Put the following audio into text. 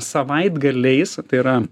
savaitgaliais tai yra